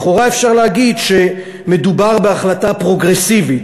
לכאורה אפשר לומר שמדובר בהחלטה פרוגרסיבית,